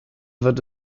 wird